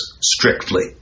strictly